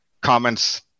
comments